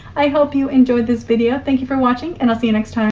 i hope you enjoyed this video, thank you for watching, and i'll see you next time.